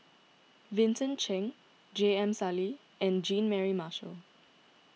Vincent Cheng J M Sali and Jean Mary Marshall